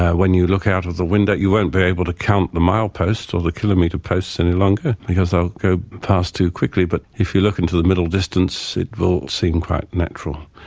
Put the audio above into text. when you look out of the window you won't be able to count the mile posts or the kilometre posts any longer because they'll go past too quickly, but if you look into the middle distance it will seem quite natural.